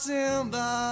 Simba